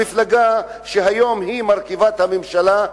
המפלגה שהיום מרכיבה את הממשלה,